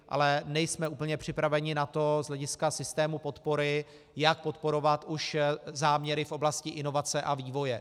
Ale nejsme úplně připraveni na to z hlediska systému podpory, jak podporovat už záměry v oblasti inovace a vývoje.